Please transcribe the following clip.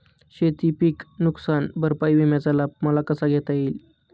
शेतीपीक नुकसान भरपाई विम्याचा लाभ मला कसा घेता येईल?